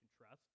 trust